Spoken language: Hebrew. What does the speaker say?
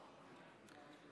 מרים